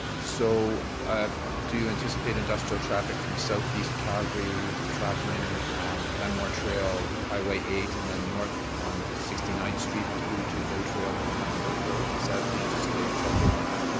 so do you anticipate industrial traffic from southeast calgary traveling glenmore trail, highway eight and then north on sixty ninth street through to bow trail and old banff coach road? is that the anticipated truck route now?